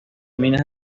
minas